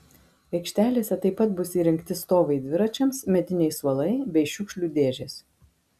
aikštelėse taip pat bus įrengti stovai dviračiams mediniai suolai bei šiukšlių dėžės